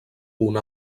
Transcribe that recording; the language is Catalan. punt